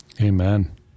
Amen